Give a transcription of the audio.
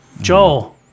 Joel